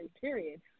period